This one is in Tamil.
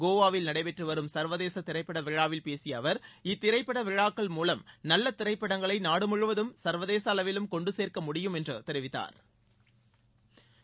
கோவாவில் நடைபெற்றுவரும் சா்வதேச திரைப்படவிழாவில் பேசிய அவா் இத்திரைப்பட விழாக்கள் மூலம் நல்ல திரைப்படங்களை நாடு முழுவதும் சா்வதேச அளவிலும் கொண்டுசேர்க்க முடியும் என்று தெரிவித்தாா்